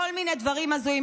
כל מיני דברים הזויים.